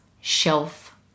shelf